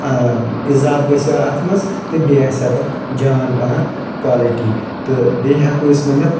اضافہٕ گژھِ ہا اتھ منٛز تہٕ بیٚیہِ آسہِ ہا تتھ منٛز جان پہن کالٹی تہٕ بیٚیہِ ہٮ۪کو أسۍ ؤنِتھ